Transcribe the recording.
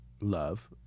love